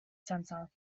center